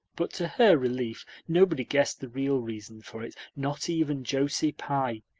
but to her relief nobody guessed the real reason for it, not even josie pye,